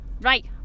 right